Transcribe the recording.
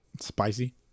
spicy